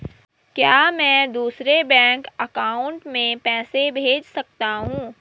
क्या मैं दूसरे बैंक अकाउंट में पैसे भेज सकता हूँ?